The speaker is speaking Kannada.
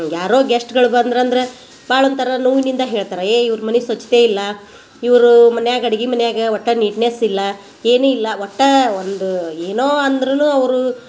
ಯಾರೋ ಗೆಸ್ಟ್ಗಳು ಬಂದ್ರು ಅಂದ್ರೆ ಭಾಳ ಒಂಥರ ನೋವಿನಿಂದ ಹೇಳ್ತಾರೆ ಏಯ್ ಇವ್ರ ಮನೆ ಸ್ವಚ್ಛತೆ ಇಲ್ಲ ಇವರು ಮನೆಯಾಗೆ ಅಡ್ಗಿ ಮನೆಯಾಗ ಒಟ್ಟು ನೀಟ್ನೆಸ್ ಇಲ್ಲ ಏನು ಇಲ್ಲ ಒಟ್ಟು ಒಂದು ಏನೋ ಅಂದರೂನು ಅವರು